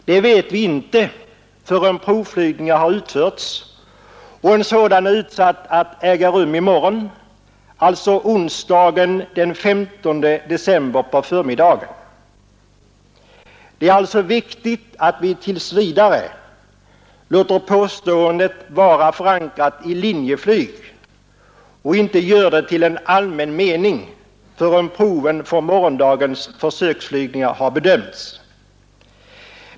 Det vet vi inte förrän provflygningar har utförts, och en sådan är utsatt att äga rum i morgon, onsdagen den 15 december på förmiddagen. Det är alltså viktigt att vi tills vidare låter påståendet vara förankrat i Linjeflyg och inte gör det till en allmän mening förrän proven från morgondagens försöksflygningar har bedömts.